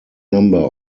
number